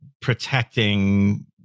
protecting